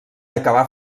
acabà